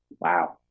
Wow